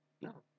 No